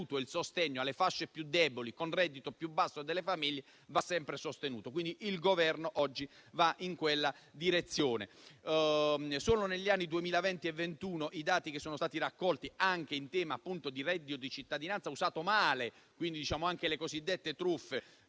il sostegno alle fasce più deboli con reddito più basso delle famiglie andasse sempre sostenuto. Quindi, il Governo oggi va in quella direzione. Solo negli anni 2020 e 2021 i dati che sono stati raccolti, anche in tema di reddito di cittadinanza usato male, quindi rispetto alle cosiddette truffe